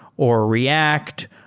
or react.